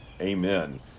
Amen